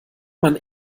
man